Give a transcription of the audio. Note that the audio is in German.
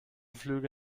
flüge